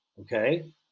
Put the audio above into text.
Okay